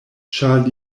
ĉar